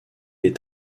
les